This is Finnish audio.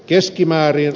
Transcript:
keskimäärin